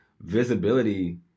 Visibility